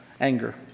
anger